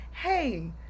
hey